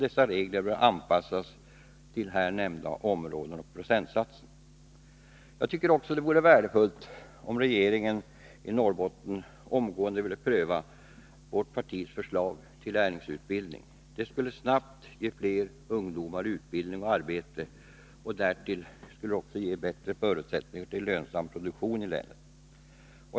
Dessa regler bör anpassas till här nämnda områden och procentsatser. Jag tycker också att det vore värdefullt om regeringen i Norrbotten omgående ville pröva vårt partis förslag till lärlingsutbildning. Det skulle snabbt ge fler ungdomar utbildning och arbete samt därtill bättre förutsättningar till lönsam produktion i länet.